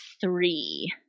three